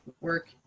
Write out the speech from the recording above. work